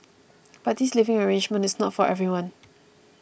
but this living arrangement is not for everyone